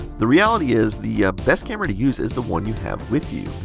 the reality is the best camera to use is the one you have with you.